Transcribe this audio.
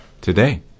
today